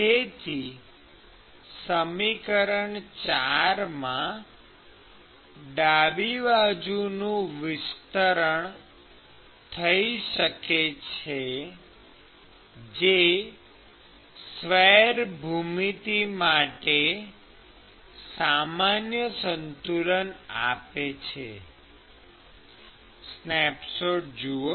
તેથી સમીકરણ ૪ માં ડાબી બાજુનું વિસ્તરણ થઈ શકે છે જે સ્વૈર ભૂમિતિ માટે સામાન્ય સંતુલન આપે છે સ્નેપશોટ જુઓ